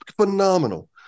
phenomenal